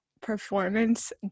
performance